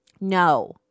No